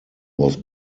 was